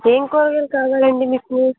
ఏం కూరగాయలు కావాలండి మీకు